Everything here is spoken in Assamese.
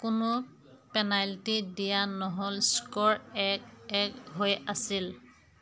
কোনো পেনাল্টি দিয়া নহ'ল স্ক'ৰ এক এক হৈ আছিল